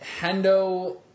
Hendo